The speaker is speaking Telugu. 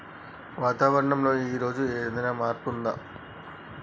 వాతావరణం లో ఈ రోజు ఏదైనా మార్పు ఉందా?